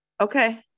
Okay